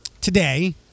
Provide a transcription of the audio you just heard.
today